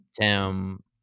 Tim